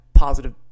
positive